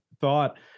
thought